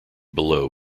below